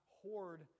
hoard